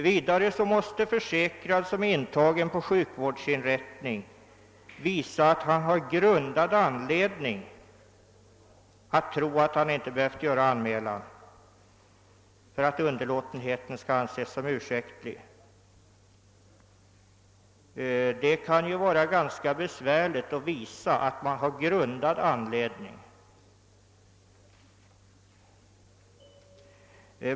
Vidare måste försäkrad som är intagen på sjukvårdsinrättning visa att han har grundad anledning att tro att han inte behövt göra anmälan, för att underlåtenheten skall anses som ursäktlig. Det kan vara ganska besvärligt att visa att man i sådana fall haft grundad anledning.